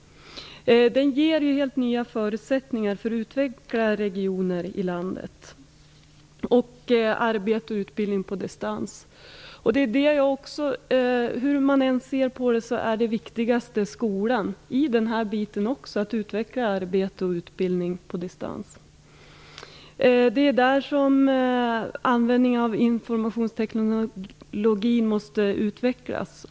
Denna teknologi ger helt nya förutsättningar för utveckling av olika regioner i landet liksom av arbete och utbildning på distans. Hur man än ser på saken är skolan den viktigaste faktorn i utvecklingen av utbildning och arbete på distans. Det är där som användningen av informationsteknologin måste utvecklas.